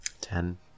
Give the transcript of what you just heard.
ten